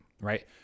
right